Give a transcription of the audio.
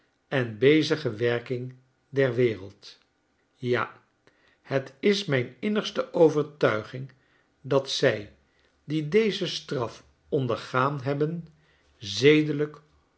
en bezige werking der wereld ja het is mijn innigste overtuiging dat zij die deze straf ondergaan hebben zedelijk